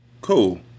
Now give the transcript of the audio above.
Cool